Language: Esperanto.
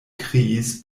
kriis